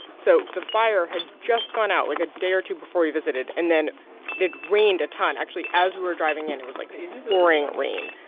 so the fire had just gone out, like, a day or two before we visited. and then it had rained a ton. actually, as we were driving in, it was, like, pouring rain.